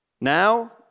now